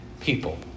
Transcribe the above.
people